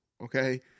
okay